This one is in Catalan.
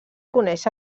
coneix